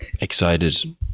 excited